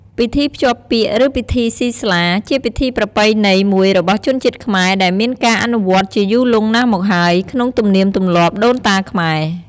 ពិធីភ្ជាប់ពាក្យ ឬ ពិធីសុីស្លា ជាពិធីប្រពៃណីមួយរបស់ជនជាតិខ្មែរ ដែលមានការអនុវត្តជាយូរលង់ណាស់មកហើយ ក្នុងទំនៀមទម្លាប់ដូនតាខ្មែរ។